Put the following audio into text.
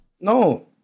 No